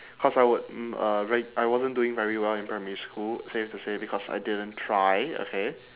because I w~ mm uh re~ I wasn't doing very well in primary school safe to say because I didn't try okay